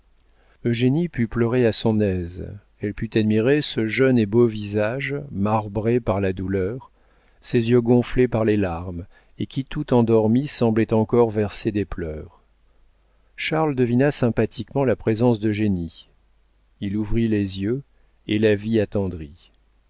vide eugénie put pleurer à son aise elle put admirer ce jeune et beau visage marbré par la douleur ces yeux gonflés par les larmes et qui tout endormis semblaient encore verser des pleurs charles devina sympathiquement la présence d'eugénie il ouvrit les yeux et la vit attendrie